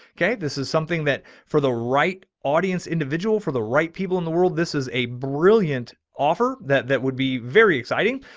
okay. this is something that for the right. audience individual for the right people in the world. this is a brilliant offer. that that would be very exciting.